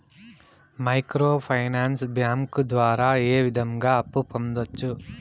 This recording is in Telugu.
మైక్రో ఫైనాన్స్ బ్యాంకు ద్వారా ఏ విధంగా అప్పు పొందొచ్చు